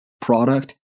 product